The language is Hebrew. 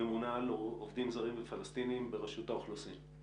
ממונה על עובדים זרים ופלסטינים ברשות האוכלוסין.